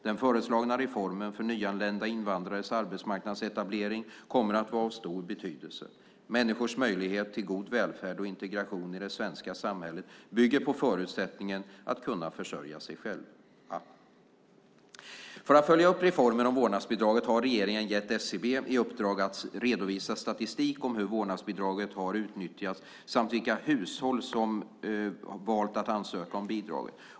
Den föreslagna reformen för nyanlända invandrares arbetsmarknadsetablering kommer att vara av stor betydelse. Människors möjlighet till god välfärd och integration i det svenska samhället bygger på förutsättningen att kunna försörja sig själva. För att följa upp reformen om vårdnadsbidraget har regeringen gett SCB i uppdrag att redovisa statistik om hur vårdnadsbidraget har utnyttjats samt vilka hushåll som har valt att ansöka om bidraget.